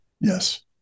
Yes